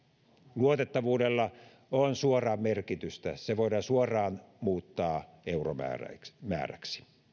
luotettavuudella on suoraa merkitystä se voidaan suoraan muuttaa euromääräksi